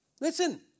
Listen